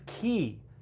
key